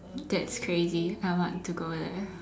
that's crazy I want to go there